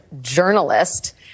journalist